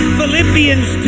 Philippians